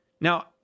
Now